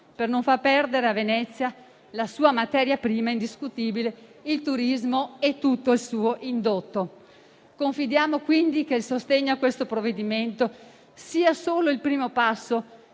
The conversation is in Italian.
e non far perdere a Venezia la sua indiscutibile materia prima: il turismo e tutto il suo indotto. Confidiamo, quindi, che il sostegno a questo provvedimento sia solo il primo passo